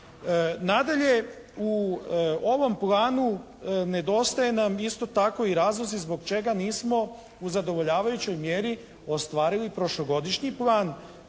Nadalje, u ovom planu nedostaje nam isto tako i razlozi zbog čega nismo u zadovoljavajućoj mjeri ostvarili prošlogodišnji plan